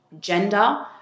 gender